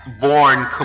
born